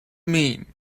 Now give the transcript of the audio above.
mean